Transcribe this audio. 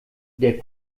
der